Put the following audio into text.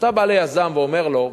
כשאתה בא ליזם ואמר לו: